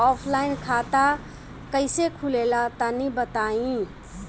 Offline खाता कइसे खुलेला तनि बताईं?